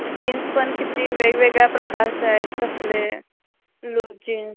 jeans पण किती वेगवेगळ्या प्रकारचे आहेत कसले लूज जीन्स